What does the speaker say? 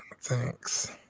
thanks